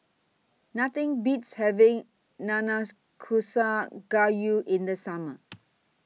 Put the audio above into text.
Nothing Beats having Nanakusa Gayu in The Summer